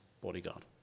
bodyguard